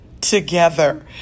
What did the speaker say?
together